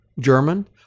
German